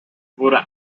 wurde